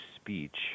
speech